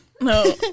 No